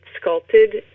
sculpted